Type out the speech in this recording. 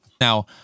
Now